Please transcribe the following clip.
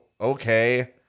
okay